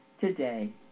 today